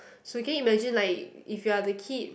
so can you imagine like if you are the kid